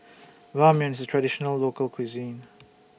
Ramyeon IS A Traditional Local Cuisine